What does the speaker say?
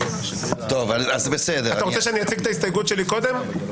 אתה רוצה שאני אציג את ההסתייגות שלי קודם?